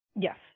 Yes